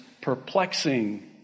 perplexing